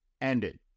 ended